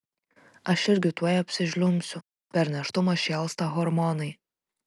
aš irgi tuoj apsižliumbsiu per nėštumą šėlsta hormonai